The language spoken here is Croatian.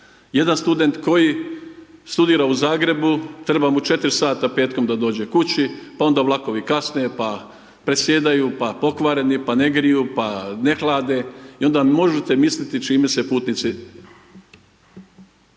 Jedan student koji studira u Zagrebu, treba mu 4 sata petkom da dođe kući, pa onda vlakovi kasne, pa presjedaju, pa pokvareni, pa ne griju, pa ne hlade i onda možete misliti čime se putnici,